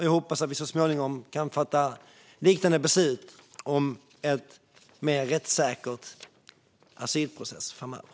Jag hoppas också att vi så småningom kan fatta liknande beslut om en mer rättssäker asylprocess framöver.